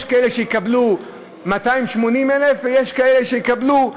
יש כאלה שיקבלו 280,000 ויש כאלה שיקבלו,